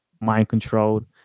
mind-controlled